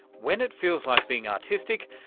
when it feels like being artistic,